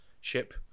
ship